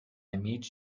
meet